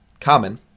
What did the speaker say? common